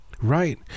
right